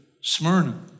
Smyrna